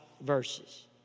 verses